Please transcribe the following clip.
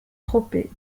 tropez